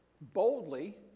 boldly